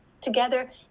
together